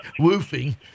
Woofing